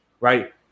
right